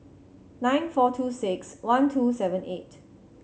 nine four two six one two seven eight